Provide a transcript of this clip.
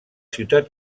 ciutat